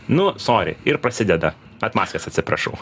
nu sori ir pasideda atmazkės atsiprašau